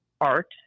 art